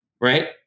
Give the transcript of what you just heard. right